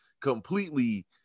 completely